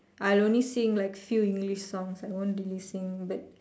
I only sing like few English songs I won't really sing but